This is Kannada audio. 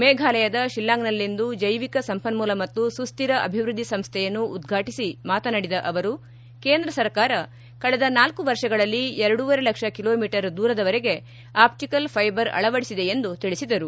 ಮೇಘಾಲಯದ ಶಿಲ್ಲಾಂಗ್ನಲ್ಲಿಂದು ಜೈವಿಕ ಸಂಪನ್ಮೂಲ ಮತ್ತು ಸುಸ್ಕಿರ ಅಭಿವೃದ್ಧಿ ಸಂಸ್ಥೆಯನ್ನು ಉದ್ಘಾಟಿಸಿ ಮಾತನಾಡಿದ ಅವರು ಕೇಂದ್ರ ಸರ್ಕಾರ ಕಳೆದ ನಾಲ್ಲು ವರ್ಷಗಳಲ್ಲಿ ಎರಡೂವರೆ ಲಕ್ಷ ಕಿಲೋಮೀಟರ್ ದೂರದವರೆಗೆ ಆಪ್ಟಿಕಲ್ ಫೈಬರ್ ಅಳವಡಿಸಿದೆ ಎಂದು ತಿಳಿಸಿದರು